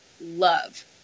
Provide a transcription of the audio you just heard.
love